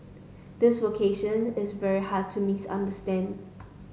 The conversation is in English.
this vocation is very hard to misunderstand